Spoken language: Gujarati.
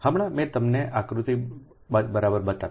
હમણાં મેં તમને આકૃતિ બરાબર બતાવી